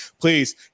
please